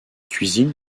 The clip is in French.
cuisine